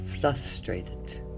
frustrated